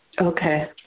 Okay